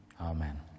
Amen